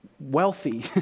Wealthy